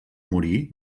morir